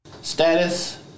Status